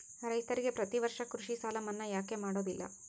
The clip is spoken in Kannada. ರೈತರಿಗೆ ಪ್ರತಿ ವರ್ಷ ಕೃಷಿ ಸಾಲ ಮನ್ನಾ ಯಾಕೆ ಮಾಡೋದಿಲ್ಲ?